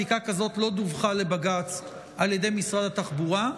בדיקה כזאת לא דווחה לבג"ץ על ידי משרד התחבורה.